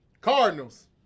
Cardinals